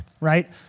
right